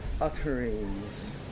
utterings